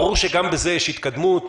ברור שגם בזה יש התקדמות.